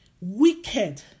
wicked